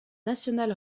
national